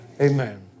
Amen